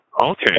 Okay